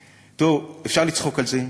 תראו, אפשר לצחוק על זה,